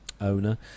owner